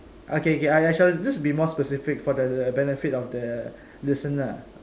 okay K I I shall just be more specific for the the benefit of the listener